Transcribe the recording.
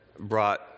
brought